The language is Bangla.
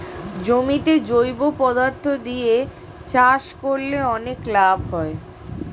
জমিতে জৈব পদার্থ দিয়ে চাষ করলে অনেক লাভ হয়